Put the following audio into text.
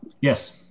Yes